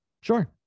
Sure